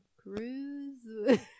cruise